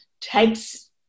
takes